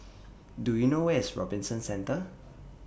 Do YOU know Where IS Robinson Centre